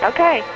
Okay